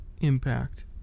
impact